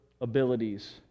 abilities